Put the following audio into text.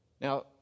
Now